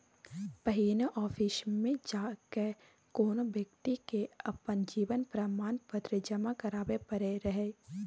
पहिने आफिसमे जा कए कोनो बेकती के अपन जीवन प्रमाण पत्र जमा कराबै परै रहय